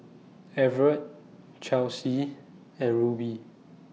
Evertt Chelsi and Rubie